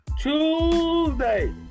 Tuesday